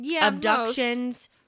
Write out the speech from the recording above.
abductions